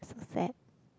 sad